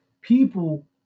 people